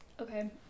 okay